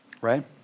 right